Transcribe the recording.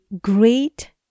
great